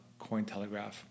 Cointelegraph